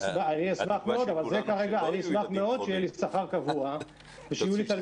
היא תהיה מתואמת יחד עם הורי